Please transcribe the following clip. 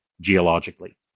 geologically